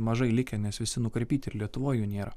mažai likę nes visi nukarpyti ir lietuvoj jų nėra